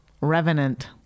Revenant